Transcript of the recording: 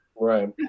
right